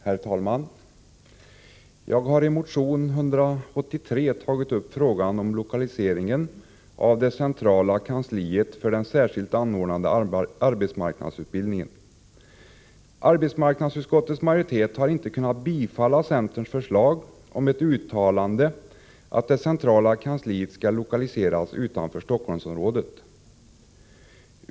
Herr talman! Jag har i motion 183 tagit upp frågan om lokaliseringen av det centrala kansliet för den särskilt anordnade arbetsmarknadsutbildningen. Arbetsmarknadsutskottets majoritet har inte kunnat biträda centerns förslag om ett uttalande att det centrala kansliet skall lokaliseras utanför Stockholmsområdet.